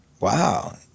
wow